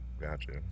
gotcha